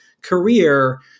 career